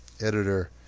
editor